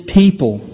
people